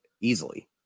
easily